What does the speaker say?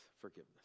forgiveness